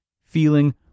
feeling